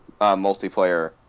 multiplayer